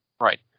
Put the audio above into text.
Right